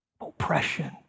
Oppression